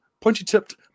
pointy-tipped